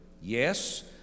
Yes